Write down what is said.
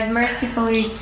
mercifully